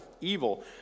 evil